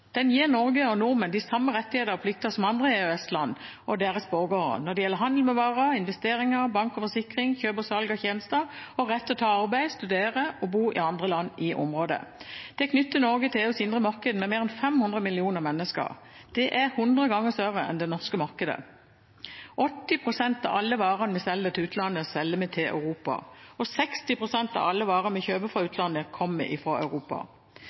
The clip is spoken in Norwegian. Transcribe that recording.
gir Norge og nordmenn de samme rettigheter og plikter som andre EØS-land og deres borgere når det gjelder handel med varer, investeringer, bank og forsikring, kjøp og salg av tjenester og rett til å ta arbeid, studere og bo i andre land i området. Den knytter Norge til EUs indre marked med mer enn 500 millioner mennesker. Det er 100 ganger større enn det norske markedet. 80 pst. av alle varene vi selger til utlandet, selger vi til Europa. Og 60 pst. av alle varene vi kjøper fra utlandet, kommer fra Europa.